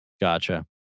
gotcha